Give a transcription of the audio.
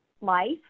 life